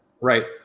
right